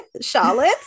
Charlotte